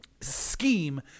scheme